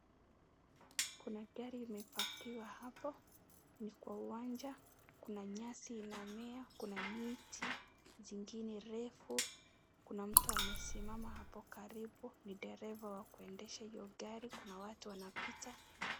Kuna gari ime parkiwa hapo ni kwa uwanja kuna nyasi inamea kuna miti zingine refu kuna mtu amesimama hapo karibu ni dereva wa kuendesha hio gari kuna watu wanapita .